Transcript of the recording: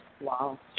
Wow